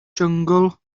jyngl